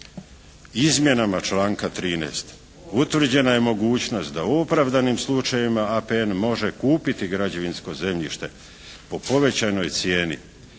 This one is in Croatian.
Izmjenama članka 13. utvrđena je mogućnost da u opravdanim slučajevima APN može kupiti građevinsko zemljište po povećanoj cijeni